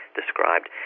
described